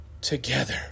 together